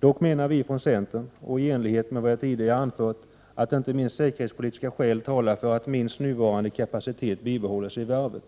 Dock menar vi från centern — det är i enlighet med vad jag tidigare anfört — att inte minst säkerhetspolitiska skäl talar för att minst nuvarande kapacitet bibehålls vid varvet.